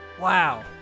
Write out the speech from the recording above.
Wow